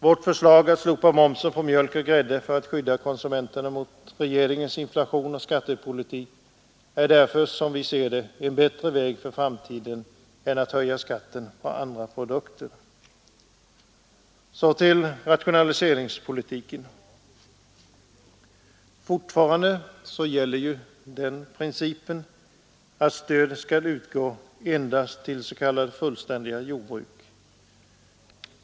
Vårt förslag att slopa momsen på mjölk och grädde för att skydda konsumenterna mot regeringens inflationsoch skattepolitik är därför, som vi ser det, en bättre väg för framtiden än att höja skatten på andra produkter. Så till rationaliseringspolitiken. Fortfarande gäller den principen att stöd skall utgå endast till s.k. fullständiga jordbruk.